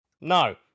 no